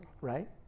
right